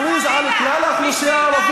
חס וחלילה.